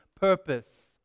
purpose